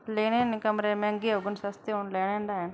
लैने न कमरे मैहंगे होन सस्ते होन लैने गै